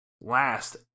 last